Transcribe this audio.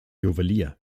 juwelier